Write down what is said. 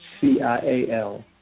C-I-A-L